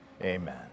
Amen